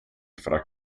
fra